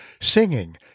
singing